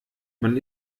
man